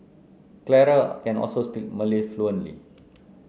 Clara can also speak Malay fluently